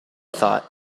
thought